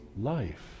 life